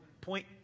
point